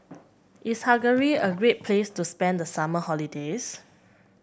is Hungary a great place to spend the summer holidays